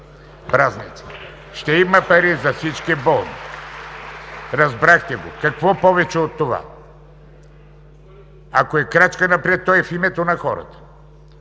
празниците. Ще има пари за всички болни. Разбрахте го! Какво повече от това?! Ако е крачка напред, то е в името на хората,